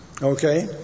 Okay